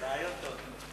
רעיון טוב.